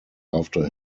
after